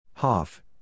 HOFF